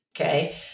Okay